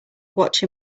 watch